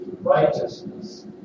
righteousness